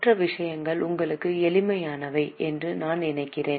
மற்ற விஷயங்கள் உங்களுக்கு எளிமையானவை என்று நான் நினைக்கிறேன்